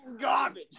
garbage